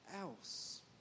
else